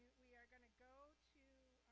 we are gonna go to,